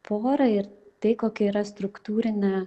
porą ir tai kokia yra struktūrinė